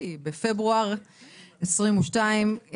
בפברואר 2022,